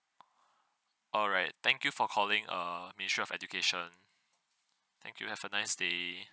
alright thank you for calling err ministry of education thank you have a nice day